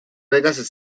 vegas